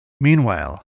Meanwhile